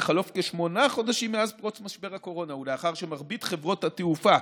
בחלוף כשמונה חודשים מאז פרוץ משבר הקורונה ולאחר שמרבית חברות התעופה,